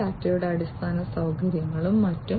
ഡാറ്റയുടെ അടിസ്ഥാന സൌകര്യങ്ങളും മറ്റും